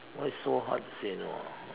what is so hard to say no